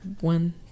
One